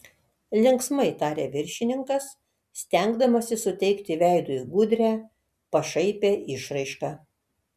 linksmai tarė viršininkas stengdamasis suteikti veidui gudrią pašaipią išraišką